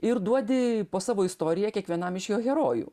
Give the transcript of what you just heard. ir duodi po savo istoriją kiekvienam iš jo herojų